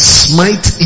smite